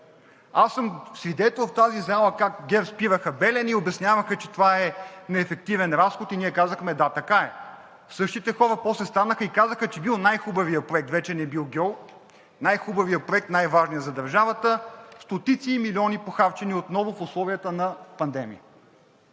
Аз съм свидетел в тази зала как ГЕРБ спираха „Белене“ и обясняваха, че това е неефективен разход, и ние казахме: „Да, така е!“ Същите хора после станаха и казаха, че бил най-хубавият проект – вече не бил гьол, най-хубавият проект, най-важният за държавата. Стотици и милиони похарчени, отново в условията на пандемия.